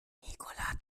nicola